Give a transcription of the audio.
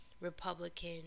Republican